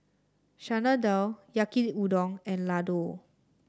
Chana Dal Yaki Udon and Ladoo